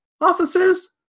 Officers